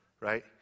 right